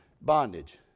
bondage